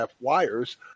wires